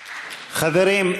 חברים,